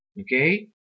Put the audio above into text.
okay